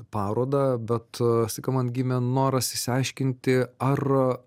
parodą bet staiga man gimė noras išsiaiškinti ar